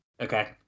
Okay